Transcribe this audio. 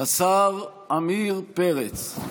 השר עמיר פרץ.